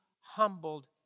humbled